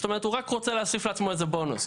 זאת אומרת הוא רק רוצה להוסיף לעצמו איזה בונוס,